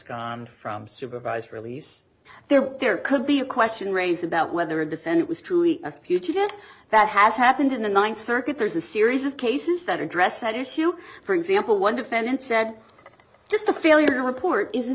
abscond from supervised release there there could be a question raised about whether a defendant was truly a future event that has happened in the ninth circuit there's a series of cases that address that issue for example one defendant said just a failure to report isn't